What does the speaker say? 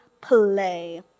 play